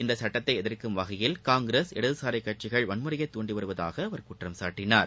இந்த சுட்டத்தை எதிர்க்கும் வகையில் காங்கிரஸ் இடதுசாரி கட்சிகள் வன்முறையை தூண்டி வருவதாக அவர் குற்றம்சாட்டினார்